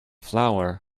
flour